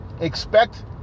expect